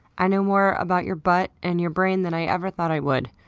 i know more about your butt and your brain than i ever thought i would.